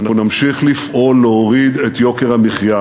אנחנו נמשיך לפעול להוריד את יוקר המחיה,